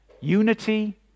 Unity